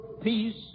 peace